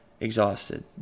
exhausted